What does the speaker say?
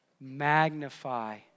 magnify